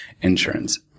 insurance